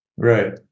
Right